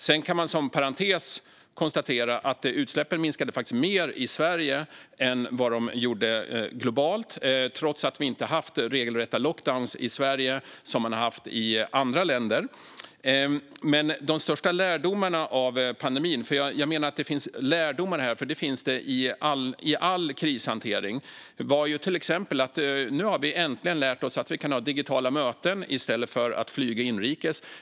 Sedan kan man som parentes konstatera att utsläppen faktiskt minskade mer i Sverige än globalt, trots att vi i Sverige inte hade de regelrätta lockdowns som man hade i andra länder. Jag menar dock att det finns lärdomar att dra av pandemin, för det finns det i all krishantering. En av de största lärdomarna var att vi äntligen insåg att vi kan ha digitala möten i stället för att flyga inrikes.